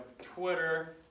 Twitter